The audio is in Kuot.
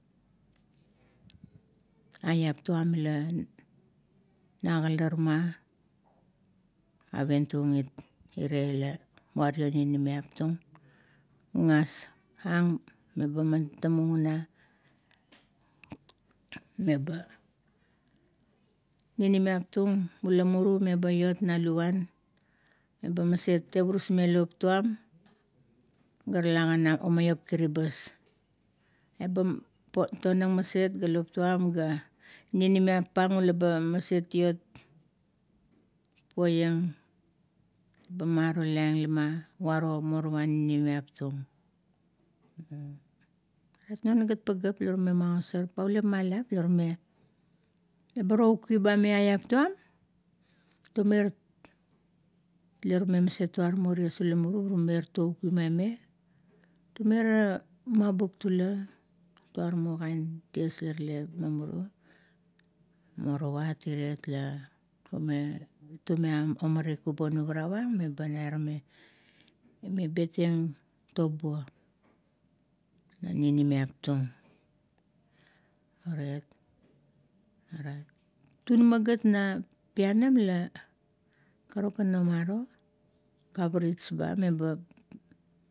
Aiap tuam la nagalarama, avien tung iet ire la wario ninimiap tung. Gagas ung man tamung una meba. Ninimiap tung ula muru laba iot na luvuan meba maset tevurus meng lop tuam, ga tala gan omaiop kiribas, eba tonang maset ga lop tuam ga ninimiap pang la bamaset iot poiang, lama varo morowa ninimiap tung. Non gat dpageap la rume magosar, papauliap ma lap la rume, eba toguguiba ma irama lap tuam tumer, tale tume tualo ties ula muru, pa tumer to gukui mai me, tumer mabuk tula, turamo kain ties la rala mumuiru. Morowat iriet la tume omarik ubonuvarap ung, eba rame beteng tobuo na ninimiap tung uriet. Oraet tunama gat na paianam la karukan omaro, kavaris ba meba